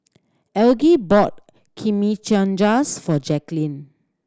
Elgie bought Chimichangas for Jacklyn